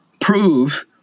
prove